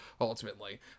ultimately